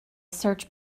search